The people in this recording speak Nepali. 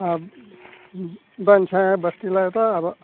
अब बन्छ यो बस्तीलाई त अब